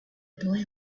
boy